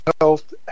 health